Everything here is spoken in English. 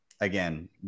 Again